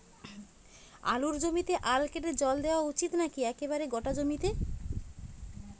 আলুর জমিতে আল কেটে জল দেওয়া উচিৎ নাকি একেবারে গোটা জমিতে?